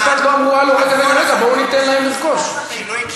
כאשר מוכרים אותם עומדת לו זכות ראשונים לרכוש אותם.